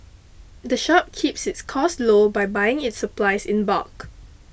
the shop keeps its costs low by buying its supplies in bulk